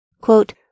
Quote